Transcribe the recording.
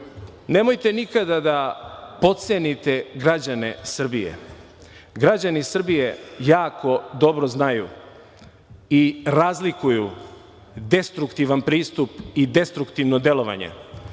nemojte nikada da potcenite građane Srbije. Građani Srbije jako dobro znaju i razlikuju destruktivan pristup i destruktivno delovanje